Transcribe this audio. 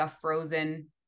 frozen